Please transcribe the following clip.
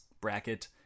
bracket